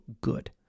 good